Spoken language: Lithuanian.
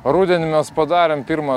rudenį mes padarėm pirmą